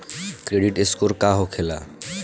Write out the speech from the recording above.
Credit score का होखेला?